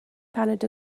paned